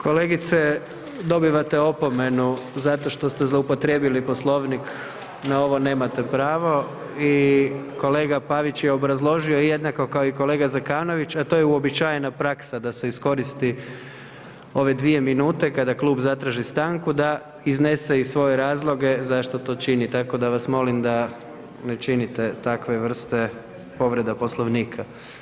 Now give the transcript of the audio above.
Kolegice dobivate opomenu zato što ste zloupotrijebili Poslovnik na ovo nemate pravo i kolega Pavić je obrazložio jednako kao i kolega Zekanović, a to je uobičajena praksa da se iskoristi ove dvije minute kada klub zatraži stanku da iznese i svoje razloge zašto to čini, tako da vas molim da ne činite takve vrste povrede Poslovnika.